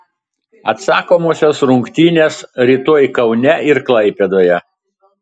atsakomosios rungtynės rytoj kaune ir klaipėdoje